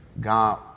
God